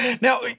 now